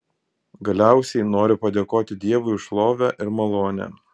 galiausiai noriu padėkoti dievui už šlovę ir malonę